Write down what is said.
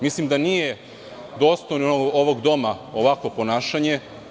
Mislim da nije dostojno ovog doma ovakvo ponašanje.